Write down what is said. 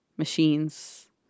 machines